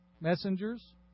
messengers